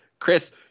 Chris